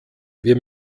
wir